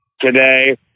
today